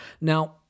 Now